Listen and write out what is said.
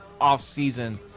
offseason